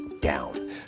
down